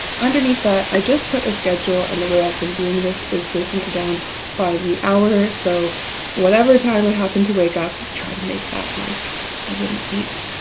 underneath that, i just put a schedule, and the way i've been doing this is breaking it down by the hour, so whatever time i happened to wake up try to make that like seven, eight.